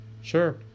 Sure